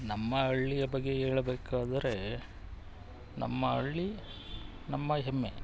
ನಮ್ಮ ಹಳ್ಳಿಯ ಬಗ್ಗೆ ಹೇಳಬೇಕಾದರೆ ನಮ್ಮ ಹಳ್ಳಿ ನಮ್ಮ ಹೆಮ್ಮೆ